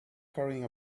carrying